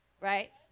Right